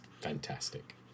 fantastic